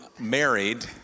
married